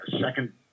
second